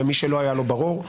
למי שלא היה ברור לו,